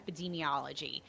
epidemiology